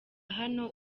hano